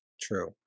True